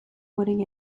winning